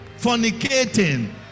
fornicating